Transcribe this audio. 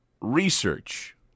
research